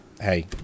Hey